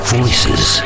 voices